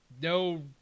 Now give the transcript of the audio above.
no